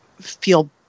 feel